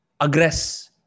aggress